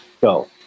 go